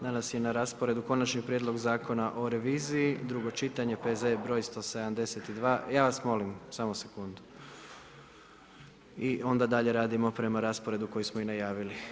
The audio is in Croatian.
Danas je na rasporedu Konačni prijedlog Zakona o reviziji, drugo čitanje, P.Z.E. broj 172, ja vas molim, samo sekundu i onda dalje radimo prema rasporedu koji smo i najavili.